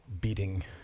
beating